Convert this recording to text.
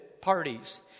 parties